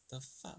the fuck